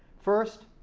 first,